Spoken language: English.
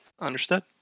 Understood